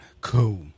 Cool